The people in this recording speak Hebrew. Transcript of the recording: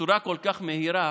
בצורה כל כך מהירה